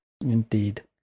Indeed